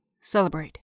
Celebrate